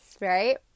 right